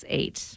eight